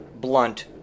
blunt